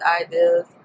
ideas